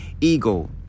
eagle